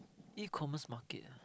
E-commerce market ah